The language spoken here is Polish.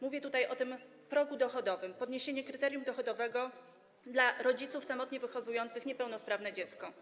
Mówię o tym progu dochodowym, podniesieniu kryterium dochodowego dla rodziców samotnie wychowujących niepełnosprawne dziecko.